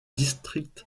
district